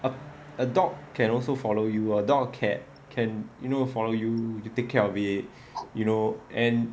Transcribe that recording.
a a dog can also follow you a dog cat can you know follow you you take care of it you know and